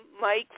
Mike